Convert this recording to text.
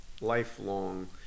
lifelong